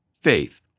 faith